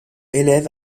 élève